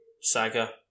saga